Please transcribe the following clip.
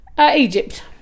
Egypt